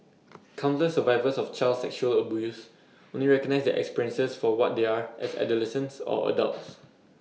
countless survivors of child sexual abuse only recognise their experiences for what they are as adolescents or adults